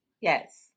Yes